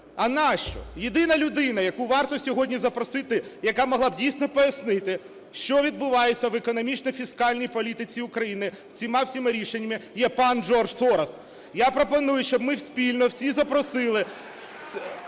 А нащо? Єдина людина, яку варто сьогодні запросити, яка могла б дійсно пояснити, що відбувається в економічно-фіскальній політиці України цими всіма рішеннями є пан Джордж Сорос. Я пропоную, щоб ми спільно всі запросили